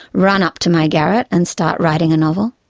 run up to my garret and start writing a novel.